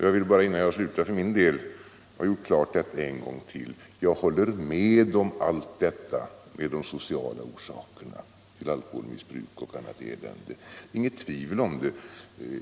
Jag vill, innan jag slutar, för min del en gång till göra klart att jag håller med om allt detta som sades om de sociala orsakerna till alkoholmissbruk och annat elände. Det är inget tvivel om att det förhåller sig så.